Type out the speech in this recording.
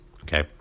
okay